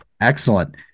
excellent